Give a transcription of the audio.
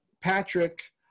Patrick